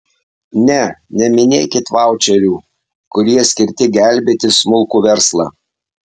ne neminėkit vaučerių kurie skirti gelbėti smulkų verslą